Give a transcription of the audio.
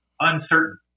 uncertain